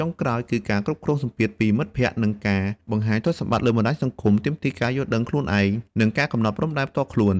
ចុងក្រោយ គឺការគ្រប់គ្រងសម្ពាធពីមិត្តភក្តិ និងការបង្ហាញទ្រព្យសម្បត្តិលើបណ្តាញសង្គមទាមទារការយល់ដឹងខ្លួនឯង និងការកំណត់ព្រំដែនផ្ទាល់ខ្លួន។